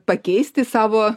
pakeisti savo